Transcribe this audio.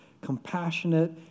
compassionate